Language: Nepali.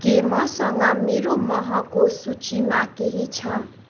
के मसँग मेरो महको सूचीमा केही छ